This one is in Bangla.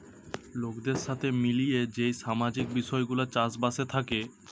লোকদের সাথে মিলিয়ে যেই সামাজিক বিষয় গুলা চাষ বাসে থাকে